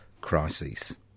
crises